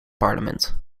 parlement